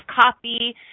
coffee